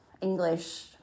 English